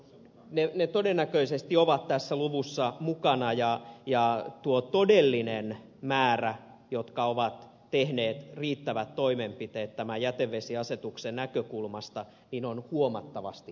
ne todennäköisesti ovat tässä luvussa mukana ja tuo todellinen määrä joka on tehnyt riittävät toimenpiteet tämän jätevesiasetuksen näkökulmasta on huomattavasti pienempi